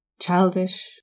childish